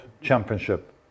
Championship